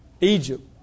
Egypt